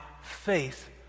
faith